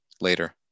later